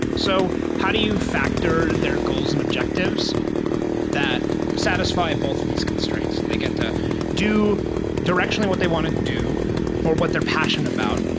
so how do you factor their goals and objectives that satisfy both of these constraints? they get to do directionally what they want to do or what they're passion about,